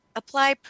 apply